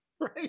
Right